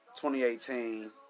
2018